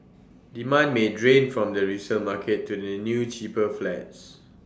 demand may drain from the resale market to the new cheaper flats